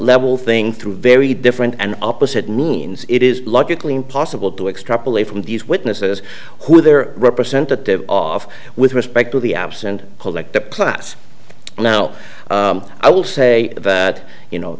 level thing through very different and opposite means it is logically impossible to extrapolate from these witnesses who their representative of with respect to the absent collective class now i will say that you know